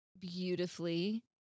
beautifully